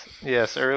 Yes